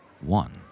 One